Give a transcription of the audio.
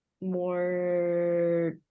more